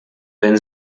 wenn